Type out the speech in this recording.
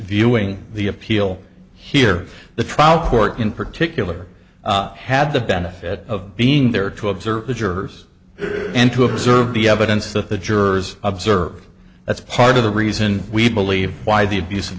viewing the appeal here the trial court in particular had the benefit of being there to observe the jurors and to observe the evidence that the jurors observed that's part of the reason we believe why the abuse of